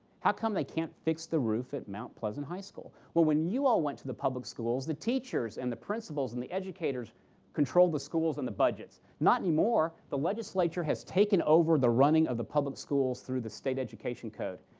how come they can't fix the roof at mount pleasant high school? well, when you all went to the public schools, the teachers and the principals and the educators controlled the schools and the budgets. not anymore. the legislature has taken over the running of the public schools through the state education code.